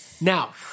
Now